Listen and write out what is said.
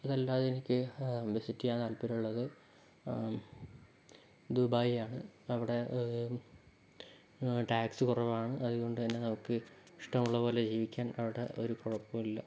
അതല്ലാതെ എനിക്ക് വിസിറ്റ് ചെയ്യാൻ താല്പര്യമുള്ളത് ദുബായ് ആണ് അവിടെ ടാക്സ് കുറവാണ് അതുകൊണ്ട് തന്നെ നമുക്ക് ഇഷ്ടമുള്ളപോലെ ജീവിക്കാൻ അവിടെ ഒരു കുഴപ്പവും ഇല്ല